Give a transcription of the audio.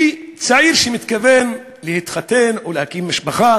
כי צעיר שמתכוון להתחתן ולהקים משפחה